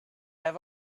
have